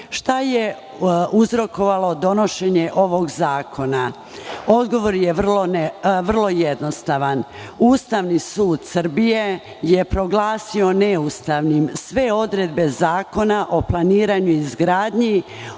Šta je uzrokovalo donošenje ovog zakona? Odgovor je vrlo jednostavan. Ustavni sud Srbije je proglasio neustavnim sve odredbe Zakona o planiranju i izgradnji,